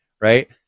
Right